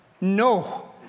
no